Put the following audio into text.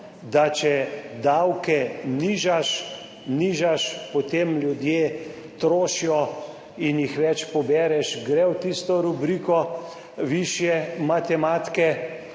da če davke nižaš, nižaš, potem ljudje trošijo in jih več pobereš, gre v tisto rubriko. Višje matematike